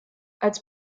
als